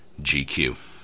GQ